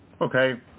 okay